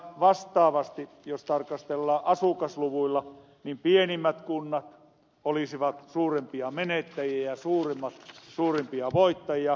vastaavasti jos tarkastellaan asukasluvuilla niin pienimmät kunnat olisivat suurimpia menettäjiä ja suurimmat suurimpia voittajia